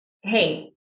Hey